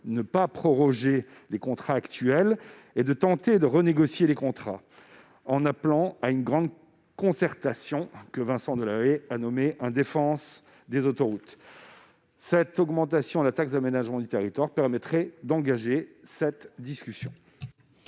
ne pas proroger les contrats actuels et de tenter de les renégocier, en appelant à une grande concertation, que Vincent Delahaye a nommée « Défense des autoroutes ». L'augmentation de la taxe d'aménagement du territoire permettrait d'engager cette discussion.